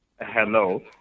Hello